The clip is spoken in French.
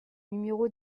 numéro